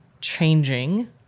changing